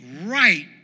right